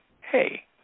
hey